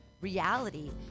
reality